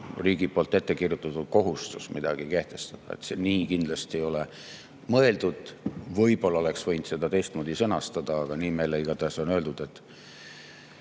riigi poolt ette kirjutatud kohustus midagi kehtestada. Seda kindlasti ei ole mõeldud. Võib-olla oleks võinud selle teistmoodi sõnastada, aga nii meile igatahes on öeldud.